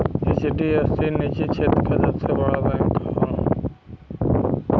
HDFC निजी क्षेत्र क सबसे बड़ा बैंक हौ